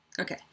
Okay